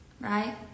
Right